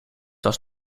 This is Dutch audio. was